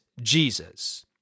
Jesus